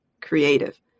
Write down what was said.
creative